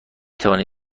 توانید